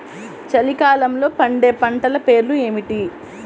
చలికాలంలో పండే పంటల పేర్లు ఏమిటీ?